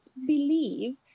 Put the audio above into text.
believe